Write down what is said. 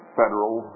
federal